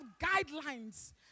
guidelines